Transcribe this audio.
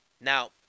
Now